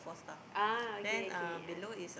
ah okay okay ah